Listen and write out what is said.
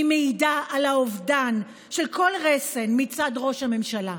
היא מעידה על אובדן של כל רסן מצד ראש הממשלה.